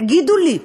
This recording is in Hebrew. תגידו לי,